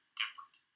different